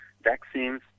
vaccines